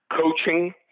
coaching –